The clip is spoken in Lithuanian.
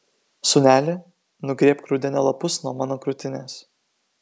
sūneli nugrėbk rudenio lapus nuo mano krūtinės